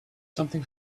something